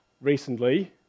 recently